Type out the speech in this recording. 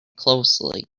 closely